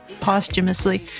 posthumously